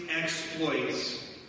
exploits